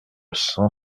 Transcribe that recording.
cent